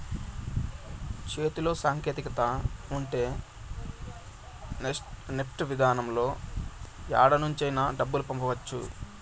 చేతిలో సాంకేతికత ఉంటే నెఫ్ట్ విధానంలో యాడ నుంచైనా డబ్బులు పంపవచ్చు